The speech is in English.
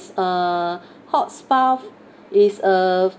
uh hot spa is a